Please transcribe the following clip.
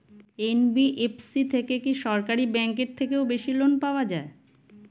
NBFC থেকে কি সরকারি ব্যাংক এর থেকেও বেশি লোন পাওয়া যায়?